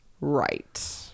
Right